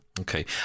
Okay